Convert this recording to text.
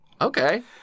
Okay